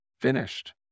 Finished